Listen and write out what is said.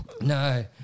No